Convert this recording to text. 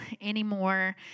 anymore